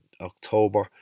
October